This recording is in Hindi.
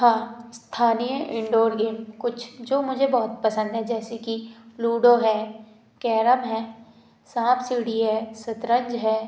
हाँ स्थानीय इंडोर गेम कुछ जो मुझे बहुत पसंद है जैसे कि लूडो है कैरम है सांप सीढ़ी है शतरंज है